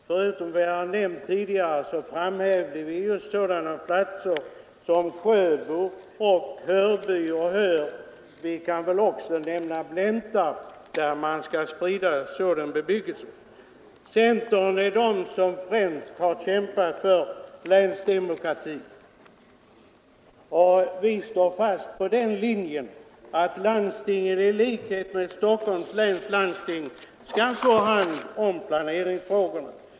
Förutom vad jag har nämnt tidigare framhävde vi sådana platser som Sjöbo, Hörby och Höör — vi kan väl också nämna Blentarp — där man skall sprida sådan bebyggelse. Det är centern som främst har kämpat för länsdemokrati. Vi står fast vid den linjen att landstingen i likhet med Stockholms läns landsting skall få hand om planeringsfrågorna.